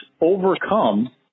overcome